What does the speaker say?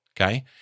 okay